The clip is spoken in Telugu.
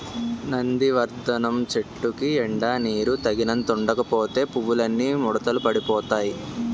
నందివర్థనం చెట్టుకి ఎండా నీరూ తగినంత ఉండకపోతే పువ్వులన్నీ ముడతలు పడిపోతాయ్